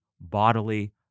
bodily